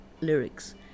lyrics